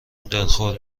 دلخور